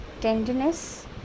tenderness